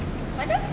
mana